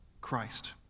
Christ